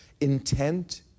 Intent